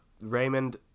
Raymond